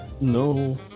No